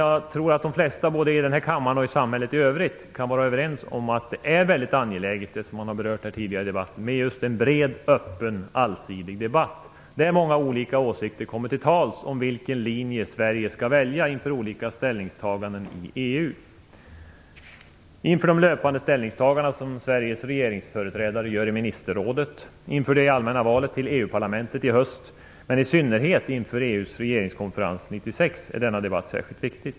Jag tror att de flesta både i den här kammaren och i samhället i övrigt kan vara överens om att det är väldigt angeläget det som har berörts tidigare i debatten, med just en bred öppen allsidig debatt, där många olika åsikter kommer till tals om vilken linje Sverige skall välja inför olika ställningstaganden i EU. Inför de löpande ställningstaganden som Sveriges regeringsföreträdare gör i ministerrådet, inför det allmänna valet till EU-parlamentet i höst men i synnerhet inför EU:s regeringskonferens 1996 är denna debatt särskilt viktig.